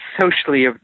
socially